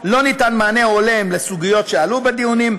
לא ניתן מענה הולם לסוגיות שעלו בדיונים,